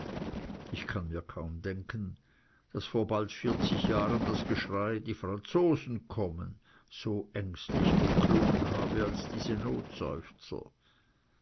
ich kann mir kaum denken daß vor bald vierzig jahren das geschrei die franzosen kommen so ängstlich geklungen habe als diese notseufzer